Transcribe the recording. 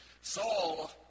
Saul